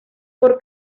por